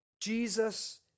Jesus